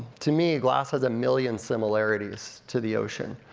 to me, glass has a million similarities to the ocean.